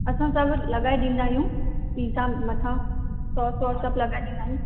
असां सभु लगाइ ॾींदा आहियूं पिज़्ज़ा मथा सॉस वॉस सभु लगाइ ॾींदा आहियूं